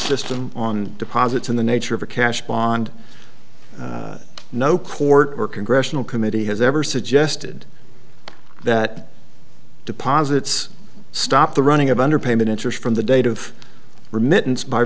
system on deposits in the nature of a cash bond no court or congressional committee has ever suggested that deposits stop the running of underpayment interest from the date of remittance by